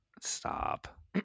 Stop